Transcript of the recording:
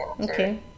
Okay